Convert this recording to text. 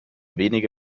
wenige